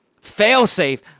failsafe